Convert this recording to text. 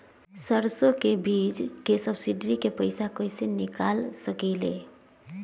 सरसों बीज के सब्सिडी के पैसा कईसे निकाल सकीले?